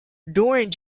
during